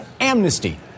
amnesty